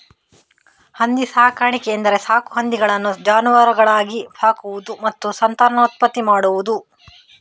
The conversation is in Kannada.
ಹಂದಿ ಸಾಕಾಣಿಕೆ ಎಂದರೆ ಸಾಕು ಹಂದಿಗಳನ್ನು ಜಾನುವಾರುಗಳಾಗಿ ಸಾಕುವುದು ಮತ್ತು ಸಂತಾನೋತ್ಪತ್ತಿ ಮಾಡುವುದು